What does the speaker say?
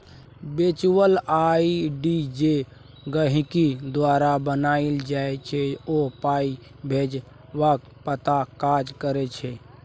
virtual ID जे गहिंकी द्वारा बनाएल जाइ छै ओ पाइ भेजबाक पताक काज करै छै